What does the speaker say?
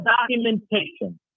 documentation